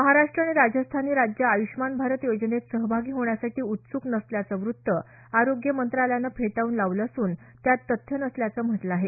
महाराष्ट्र आणि राजस्थान ही राज्यं आय्ष्मान भारत योजनेत सहभागी होण्यासाठी उत्सूक नसल्याचं व्त्त आरोग्य मंत्रालयानं फेटाळून लावलं असून त्यात तथ्य नसल्याचं म्हटलं आहे